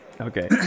okay